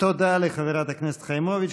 תודה לחברת הכנסת חיימוביץ'.